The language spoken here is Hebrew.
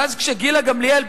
ואז כשגילה גמליאל,